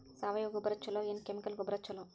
ಸಾವಯವ ಗೊಬ್ಬರ ಛಲೋ ಏನ್ ಕೆಮಿಕಲ್ ಗೊಬ್ಬರ ಛಲೋ?